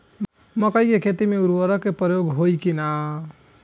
मकई के खेती में उर्वरक के प्रयोग होई की ना?